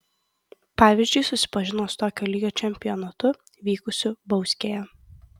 pavyzdžiui susipažino su tokio lygio čempionatu vykusiu bauskėje